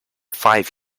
five